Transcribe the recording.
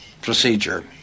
procedure